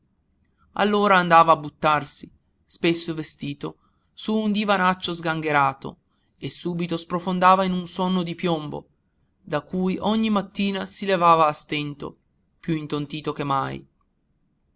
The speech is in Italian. allora a buttarsi spesso vestito su un divanaccio sgangherato e subito sprofondava in un sonno di piombo da cui ogni mattina si levava a stento più intontito che mai